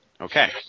Okay